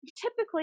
Typically